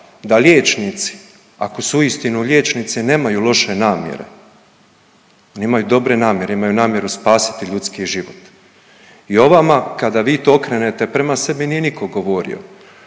da liječnici, ako su uistinu liječnici, nemaju loše namjere, oni imaju dobre namjere, imaju namjeru spasiti ljudski život. I o vama, kada vi to okrenete prema sebi, nije nitko govorio,